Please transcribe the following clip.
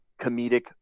comedic